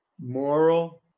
moral